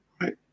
right